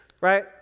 Right